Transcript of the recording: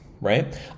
right